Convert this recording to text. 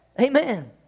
Amen